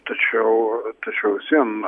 tačiau tačiau vis vien